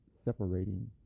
separating